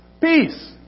Peace